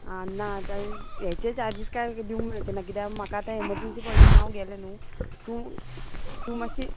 आं ना हेचे चार्जीस कांय दिवंक मेळचे ना कित्याक म्हाका आतां एमरजंसी पडलें म्हूण हांव गेलें न्हू तूं तूं मातशें